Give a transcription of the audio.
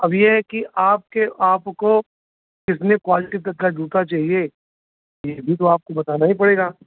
अब ये है कि आपके आपको कितने क्वालटी तक का जूता चाहिए ये भी तो आपको बताना ही पड़ेगा